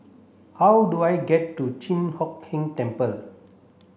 how do I get to Chi Hock Keng Temple